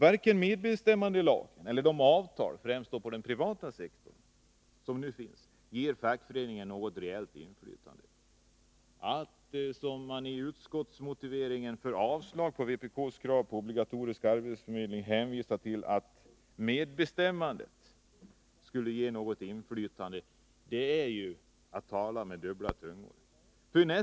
Varken medbestämmandelagen eller de avtal som nu finns, främst inom den privata sektorn, ger fackföreningen något reellt inflytande. När utskottet i sin motivering för avslag på vpk:s krav på obligatorisk arbetsförmedling hänvisar till att medbestämmandet ger inflytande, talar man med dubbla tungor.